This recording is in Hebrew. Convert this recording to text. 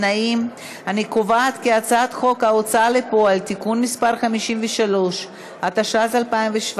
חוק ההוצאה לפועל (תיקון מס' 53), התשע"ז 2017,